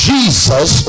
Jesus